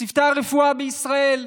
לצוותי הרפואה בישראל,